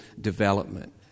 development